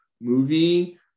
movie